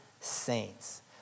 saints